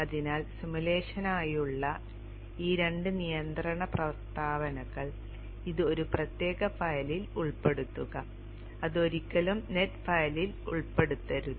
അതിനാൽ സിമുലേഷനായുള്ള ഈ 2 നിയന്ത്രണ പ്രസ്താവനകൾ ഇത് ഒരു പ്രത്യേക ഫയലിൽ ഉൾപ്പെടുത്തുക അത് ഒരിക്കലും നെറ്റ് ഫയലിൽ ഉൾപ്പെടുത്തരുത്